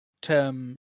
term